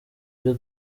byo